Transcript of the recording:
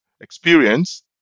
experience